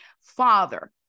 Father